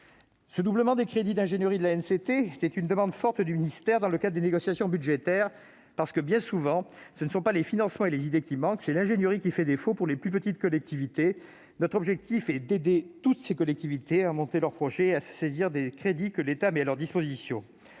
Le doublement des crédits d'ingénierie de l'ANCT constituait une demande forte du ministère dans le cadre des négociations budgétaires. En effet, bien souvent, ce ne sont pas les financements et les idées qui manquent ; c'est l'ingénierie qui fait défaut pour les plus petites collectivités. Notre objectif est de les aider à monter leurs projets et à se saisir des crédits que l'État met à leur disposition.